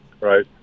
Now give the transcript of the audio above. right